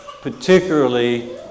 particularly